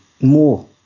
more